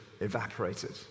evaporated